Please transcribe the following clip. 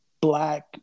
Black